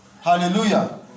Hallelujah